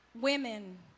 Women